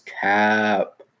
cap